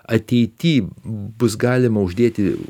ateity bus galima uždėti